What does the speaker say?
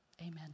Amen